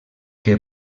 que